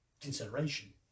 consideration